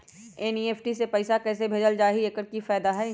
NEFT से पैसा कैसे भेजल जाइछइ? एकर की फायदा हई?